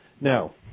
Now